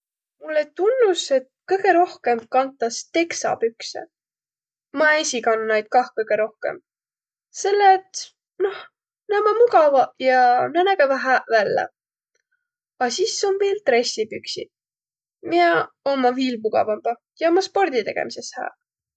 Mullõ tunnus, et kõgõ rohkõmb kantas teksapükse. Ma esiq kanna naid kah kõgõ rohkõmb, selle et noh naaq ommaq mugavaq ja na nägeväq hääq vällä. A sis om viil dressipüksiq, miä ommaq viil mugavambaq ja ommaq sporditegemises hääq.